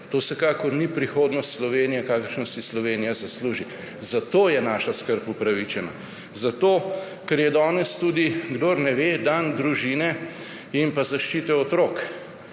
To vsekakor ni prihodnost Slovenije, kakršno si Slovenija zasluži. Zato je naša skrb upravičena. Zato ker je danes tudi, kdor ne ve, dan družine in zaščite otrok,